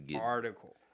article